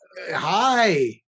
Hi